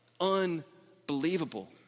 Unbelievable